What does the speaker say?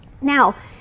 Now